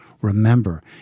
Remember